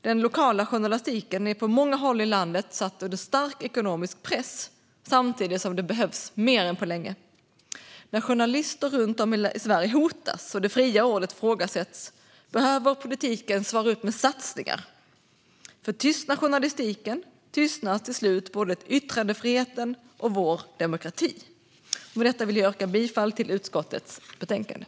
Den lokala journalistiken är på många håll i landet satt under stark ekonomisk press samtidigt som den behövs mer än på länge. När journalister runt om i Sverige hotas och det fria ordet ifrågasätts behöver politiken svara upp med satsningar. För tystnar journalistiken tystnar till slut både yttrandefriheten och vår demokrati. Med detta vill jag yrka bifall till utskottets förslag i betänkandet.